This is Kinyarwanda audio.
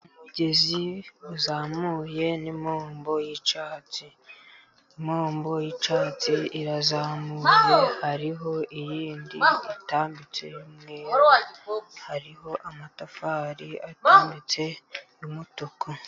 Umugezi uzamuye n'impombo y'icyatsi, impombo y'icyatsi irazamuye, hariho indi itambitse y'umweru, hariho amatafari atambitse y'umutuku.